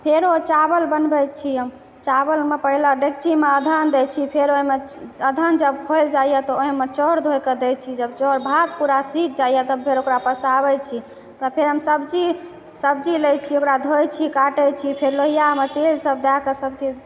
फेरो ओ चावल बनबै छी हम चावलमे पहिले डेक्चीमे औधन दै छियै फेर ओइमे औधन जब खौलि जाइए तऽ ओहिमे चाउर धोकऽ दै छियै जब चाउर भात पूरा भात पूरा सीध जाइया तऽ फेर ओकारा पसाबै छी तऽ फेर हम सब्जी सब्जी लै छी ओकरा धोइ छी काटै छी फेर लोहियामे तेल सब दए कऽ